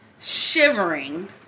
shivering